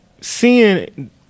Seeing